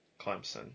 Clemson